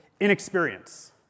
inexperience